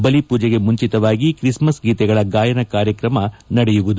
ಬಲಿ ಪೂಜೆಗೆ ಮುಂಚಿತವಾಗಿ ಕ್ರಿಸ್ಮಸ್ ಗೀತೆಗಳ ಗಾಯನ ಕಾರ್ಯಕ್ರಮ ನಡೆಯಲಿದೆ